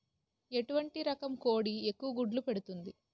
ఎటువంటి రకం కోడి ఎక్కువ గుడ్లు పెడుతోంది?